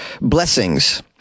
blessings